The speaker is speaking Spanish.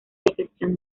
descripción